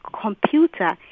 computer